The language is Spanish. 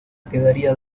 quedaría